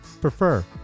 prefer